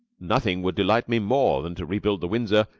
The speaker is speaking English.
nothing would delight me more than to rebuild the windsor,